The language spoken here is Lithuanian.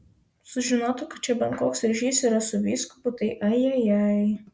sužinotų kad čia bent koks ryšys yra su vyskupu tai ajajai